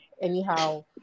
anyhow